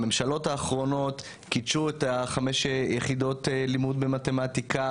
הממשלות האחרות קידשו את חמש יחידות לימוד במתמטיקה,